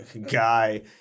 guy